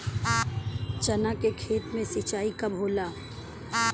चना के खेत मे सिंचाई कब होला?